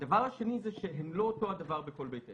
הדבר השני זה שהן לא אותו דבר בכל בית עסק.